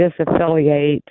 disaffiliate